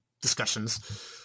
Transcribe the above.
discussions